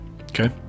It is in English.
Okay